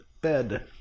bed